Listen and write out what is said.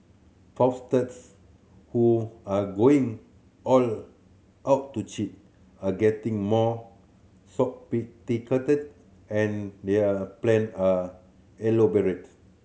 fraudsters who are going all out to cheat are getting more sophisticated and their plan are elaborate